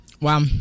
Wow